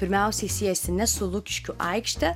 pirmiausiai siejasi ne su lukiškių aikšte